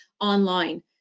online